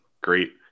Great